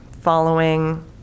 following